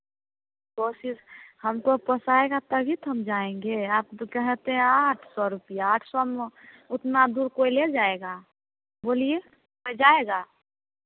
कोशिश हम तो पसा आएगा तभी तो हम जाएँगे आप तो कहते आठ सौ रुपया आठ सौ मो उतना दूर कोई ले जाएगा बोलिए कोई जाएगा